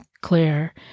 Claire